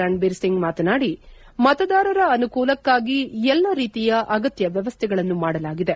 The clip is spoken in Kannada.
ರಣಬೀರ್ ಸಿಂಗ್ ಮಾತನಾಡಿ ಮತದಾರರ ಅನುಕೂಲಕ್ಷಾಗಿ ಎಲ್ಲ ರೀತಿಯ ಅಗತ್ಯ ವ್ಯವಸ್ಥೆಗಳನ್ನು ಮಾಡಲಾಗಿದೆ